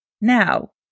Now